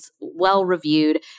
well-reviewed